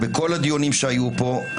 בכל הדיונים שהיו פה.